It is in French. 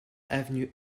avenue